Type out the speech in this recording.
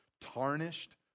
tarnished